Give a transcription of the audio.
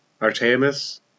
Artemis